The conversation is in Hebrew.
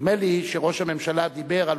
נדמה לי שראש הממשלה דיבר על